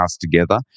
together